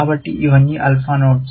కాబట్టి ఇవన్నీ alpha nodes